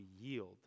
yield